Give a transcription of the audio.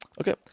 Okay